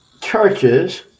churches